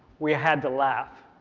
we had to laugh